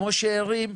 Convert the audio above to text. כמו שארים,